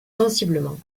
sensiblement